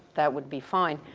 that would be fine.